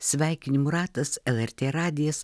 sveikinimų ratas lrt radijas